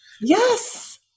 Yes